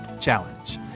Challenge